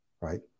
right